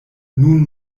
nun